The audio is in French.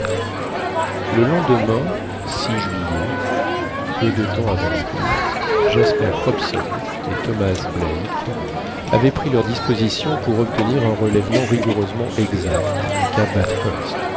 le lendemain juillet peu de temps avant midi jasper hobson et thomas black avaient pris leurs dispositions pour obtenir un relèvement rigoureusement exact du cap